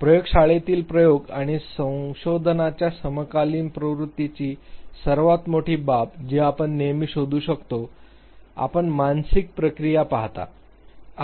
प्रयोगशाळेतील प्रयोग आणि संशोधनाच्या समकालीन प्रवृत्तीची सर्वात मोठी बाब जी आपण नेहमी शोधू शकतो आपण मानसिक प्रक्रिया पाहता